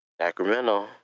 Sacramento